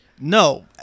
No